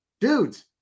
Dudes